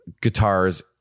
guitars